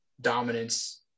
dominance